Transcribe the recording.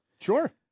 Sure